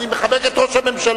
אני מחבק את ראש הממשלה.